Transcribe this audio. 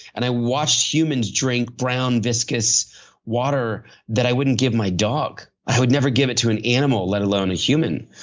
and i watched humans drink brown, viscus water that i wouldn't give my dog. i would never give it to an animal, let alone a human.